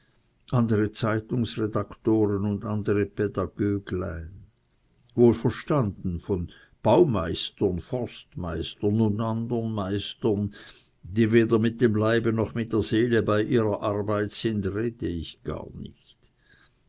gliedern findet wohlverstanden von baumeistern forstmeistern und andern meistern die weder mit dem leibe noch mit der seele bei ihrer arbeit sind rede ich gar nicht